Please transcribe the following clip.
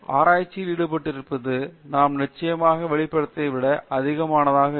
ஆராய்ச்சியில் ஈடுபட்டிருப்பது நாம் நிச்சயமாக வெளிப்படுத்தியதை விட அதிகமானதாக இருக்கும்